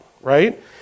right